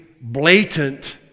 blatant